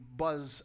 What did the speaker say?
buzz